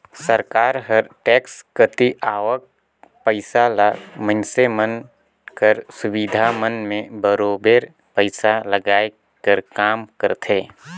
सरकार हर टेक्स कती आवक पइसा ल मइनसे मन कर सुबिधा मन में बरोबेर पइसा लगाए कर काम करथे